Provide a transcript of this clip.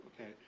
okay